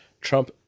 Trump